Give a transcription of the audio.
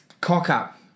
cock-up